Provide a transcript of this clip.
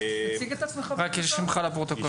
תציג את עצמך בבקשה.